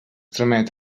tramet